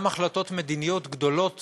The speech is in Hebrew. גם החלטות מדיניות גדולות